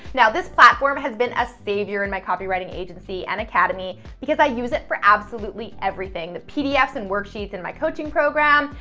now, this platform has been a savior in my copywriting agency and academy because i use it for absolutely everything, the pdfs and worksheets in my coaching program,